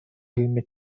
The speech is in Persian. علمی